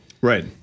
Right